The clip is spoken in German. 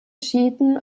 schiiten